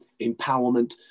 empowerment